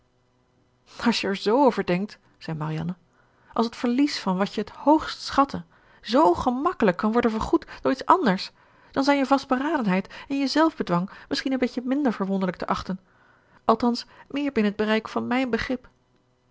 als je er z over denkt zei marianne als het verlies van wat je het hoogst schatte z gemakkelijk kan worden vergoed door iets anders dan zijn je vastberadenheid en je zelfbedwang misschien een beetje minder verwonderlijk te achten althans meer binnen t bereik van mijn begrip